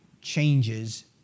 changes